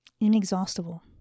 Inexhaustible